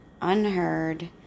unheard